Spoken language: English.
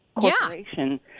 corporation